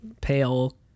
pale